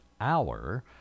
hour